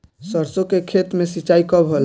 सरसों के खेत मे सिंचाई कब होला?